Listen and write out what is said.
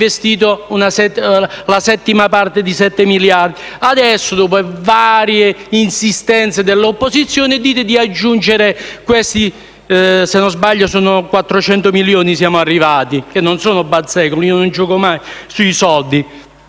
investito la settima parte di 7 miliardi. Adesso, dopo varie insistenze dell'opposizione, dite di aggiungere - se non sbaglio - 400 milioni, che non sono bazzecole (io non scherzo mai sui soldi).